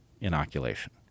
inoculation